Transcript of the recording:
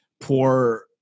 poor